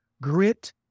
grit